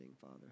Father